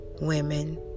women